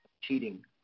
cheating